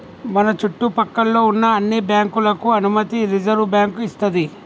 మన చుట్టు పక్కల్లో ఉన్న అన్ని బ్యాంకులకు అనుమతి రిజర్వుబ్యాంకు ఇస్తది